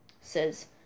says